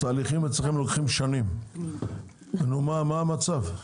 התהליכים אצלכם לוקחים שנים, מה המצב?